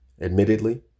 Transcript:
Admittedly